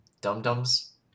Dum-dums